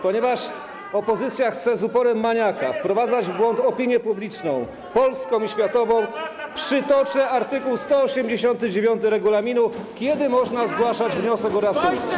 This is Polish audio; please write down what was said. Ponieważ opozycja chce z uporem maniaka wprowadzać w błąd opinię publiczną polską i światową, przytoczę art. 189 regulaminu o tym, kiedy można zgłaszać wniosek o reasumpcję.